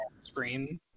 screen